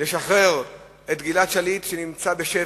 לשחרר את גלעד שליט שנמצא בשבי,